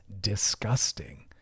disgusting